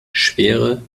schwere